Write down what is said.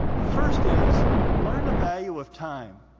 the first is learn the value of time.